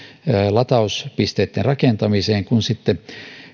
latauspisteitten rakentamiseen kuin sitten